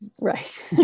right